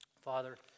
Father